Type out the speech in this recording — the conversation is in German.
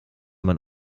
man